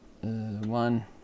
One